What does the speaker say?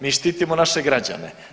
Mi štitimo naše građane.